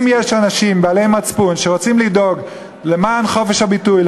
אם יש אנשים בעלי מצפון שרוצים לדאוג לחופש הביטוי,